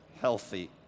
healthy